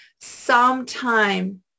sometime